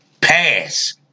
pass